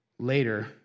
Later